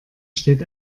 steht